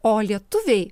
o lietuviai